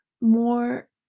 more